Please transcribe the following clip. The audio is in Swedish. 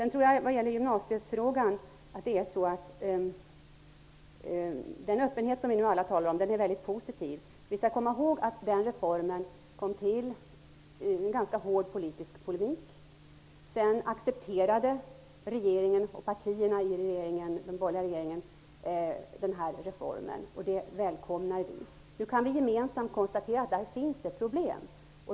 När det gället gymnasiefrågan tror jag att den öppenhet som vi alla talar om är positiv. Vi skall komma ihåg att reformen kom till under ganska hård politisk polemik. Sedan accepterade den borgerliga regeringen och partierna i regeringen den här reformen. Det välkomnar vi. Nu kan vi gemensamt konstatera att det finns problem.